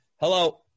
Hello